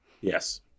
yes